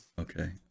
Okay